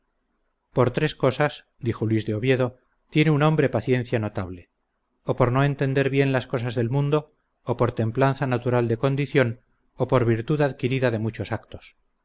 por tres cosas dijo luis de oviedo tiene un hombre paciencia notable o por no entender bien las cosas del mundo o por templanza natural de condición o por virtud adquirida de muchos actos